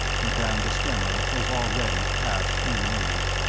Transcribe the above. madame de stamer was already past human aid.